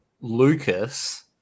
Lucas